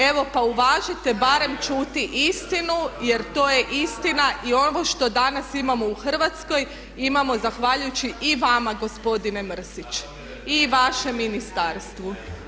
Evo pa uvažite barem čuti istinu jer to je istina i ovo što danas imamo u Hrvatskoj imamo zahvaljujući i vama gospodine Mrsić i vašem ministarstvu.